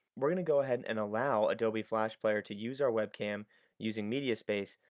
we're going to go ahead and allow adobe flash player to use our webcam using mediaspace.